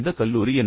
இந்த கல்லூரி என்ன